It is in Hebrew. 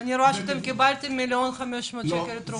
--- אני רואה שקיבלתם 1.5 מיליון תרומות.